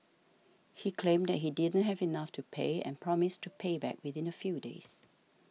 he claimed that he didn't have enough to pay and promised to pay back within a few days